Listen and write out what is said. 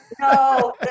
no